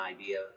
idea